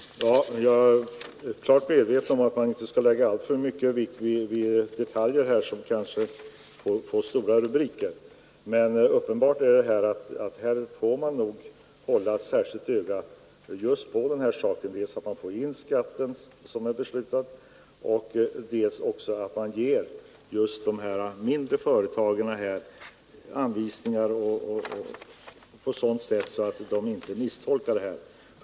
Herr talman! Jag är klart medveten om att man inte skall lägga alltför stor vikt vid detaljer även om de kanske får stora rubriker i tidningarna. Uppenbart är emellertid att man nog får hålla ett öga på att man får in den skatt som är beslutad och att man måste se till att mindre företag får anvisningar som inte kan misstolkas.